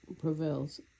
prevails